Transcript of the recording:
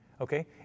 okay